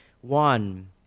one